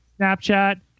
snapchat